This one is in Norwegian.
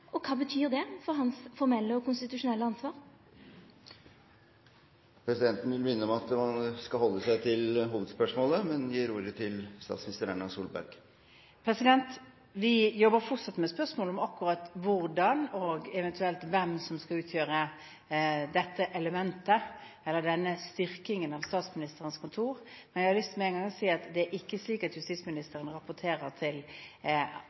og kva betyr i så fall det for hans formelle og konstitusjonelle ansvar? Presidenten vil minne om at man skal holde seg til hovedspørsmålet, men gir ordet til statsminister Erna Solberg. Vi jobber fortsatt med spørsmålet om akkurat hvordan det skal gjøres, og hvem som eventuelt skal utgjøre dette elementet eller denne styrkingen av Statsministerens kontor, men jeg har lyst til å si med en gang at det ikke er slik at